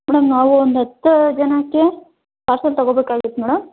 madam ನಾವು ಒಂದು ಹತ್ತು ಜನಕ್ಕೆ ಪಾರ್ಸೆಲ್ ತೊಗೊಬೇಕಾಗಿತ್ತು ಮೇಡಮ್